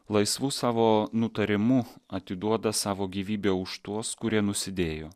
laisvu savo nutarimu atiduoda savo gyvybę už tuos kurie nusidėjo